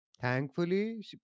Thankfully